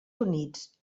units